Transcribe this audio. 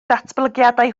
datblygiadau